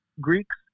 Greeks